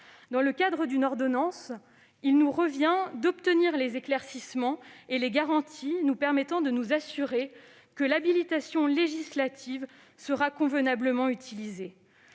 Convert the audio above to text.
Dans le cadre d'une ordonnance, il nous revient d'obtenir les éclaircissements et les garanties nous permettant de nous assurer que l'habilitation législative sera convenablement utilisée.